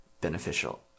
beneficial